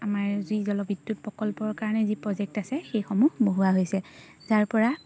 আমাৰ যি জলবিদ্যুৎ প্ৰকল্পৰ কাৰণে যি প্ৰজেক্ট আছে সেইসমূহ বহোৱা হৈছে যাৰপৰা